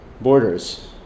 Borders